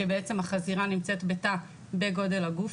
כשבעצם החזירה נמצאת בתא בגודל הגוף